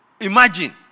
imagine